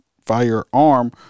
firearm